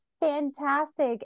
fantastic